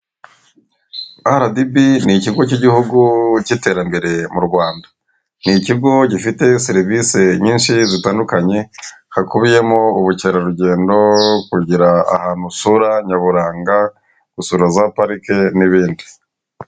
Aradibi ni ikigo k'igihugu k'iterambere mu Rwanda ni ikigo gifite serivisi nyinshi zitandukanye hakubiyemo ubukerarugendo kugira ahantu usura nyaburanga gusura za parike n'ibindi.